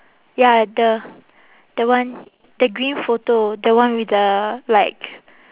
ya the the one the green photo the one with the like